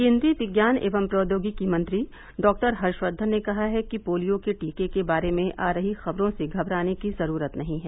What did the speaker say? केन्द्रीय विज्ञान एवं प्रौद्योगिकी मंत्री डॉक्टर हर्षवर्धन ने कहा है कि पोलियो के टीके के बारे में आ रही खबरों से घबराने की जरूरत नही है